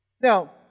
Now